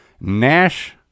Nash